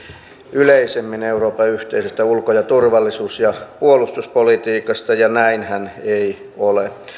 yleisemmin euroopan yhteisestä ulko ja turvallisuus ja puolustuspolitiikasta ja näinhän ei ole